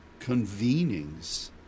convenings